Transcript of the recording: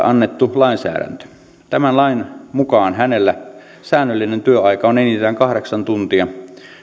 annettu lainsäädäntö tämän lain mukaan hänellä säännöllinen työaika on enintään kahdeksan tuntia